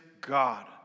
God